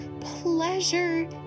pleasure